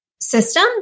System